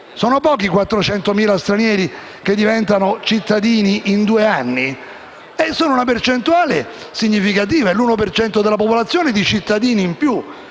Sono pochi 400.000 stranieri che diventano cittadini in due anni? Sono una percentuale significativa: è l'uno per cento della popolazione di cittadini in più,